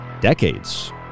decades